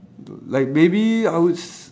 like maybe I would s~